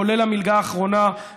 כולל המלגה האחרונה,